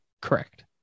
correct